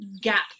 gap